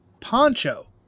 Poncho